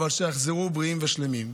אבל שיחזרו בריאים ושלמים,